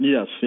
Yes